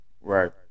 Right